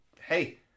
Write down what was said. hey